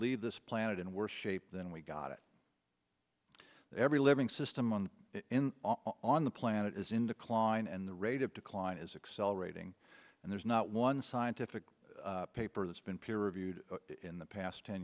leave this planet in worse shape than we got it every living system on on the planet is in decline and the rate of decline is accelerating and there's not one scientific paper that's been peer reviewed in the past ten